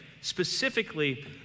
specifically